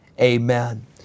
Amen